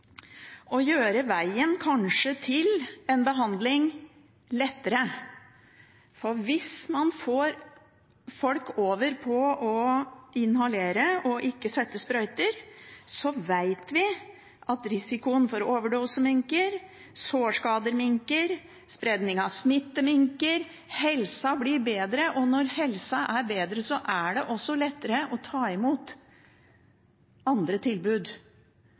å gjøre veien til kanskje en behandling lettere. Hvis man får folk til å inhalere og ikke sette sprøyter, vet vi at risikoen for overdose minker, sårskader minker, spredning av smitte minker. Helsa blir bedre, og når helsa er bedre, er det også lettere å ta imot andre tilbud.